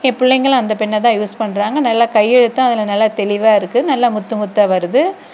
என் பிள்ளைங்களும் அந்த பென்னை தான் யூஸ் பண்றாங்க நல்லா கையெழுத்தும் அதில் நல்லா தெளிவாக இருக்குது நல்லா முத்து முத்தாக வருது